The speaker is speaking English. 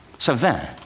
so there.